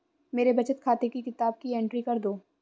मेरे बचत खाते की किताब की एंट्री कर दो?